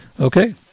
Okay